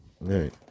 right